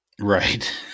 Right